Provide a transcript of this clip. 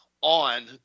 on